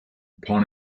upon